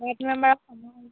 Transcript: ward member